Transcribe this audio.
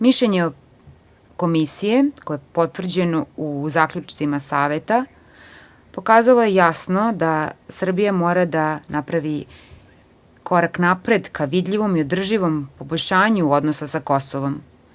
Mišljenje Komisije koje je potvrđeno u zaključcima Saveta je pokazalo jasno da Srbija mora da napravi korak napred ka vidljivom i održivom poboljšanju odnosa sa Kosovom.